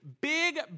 big